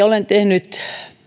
olen tehnyt